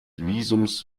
visums